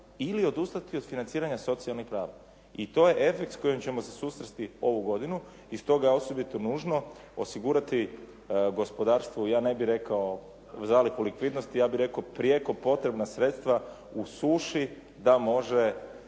ili odustati od financiranja socijalnih prava i to je efekt s kojim ćemo se susresti ovu godinu i stoga je osobito nužno osigurati gospodarstvo, ja ne bih rekao zalihu likvidnosti, ja bih rekao prijeko potrebna sredstva u suši da može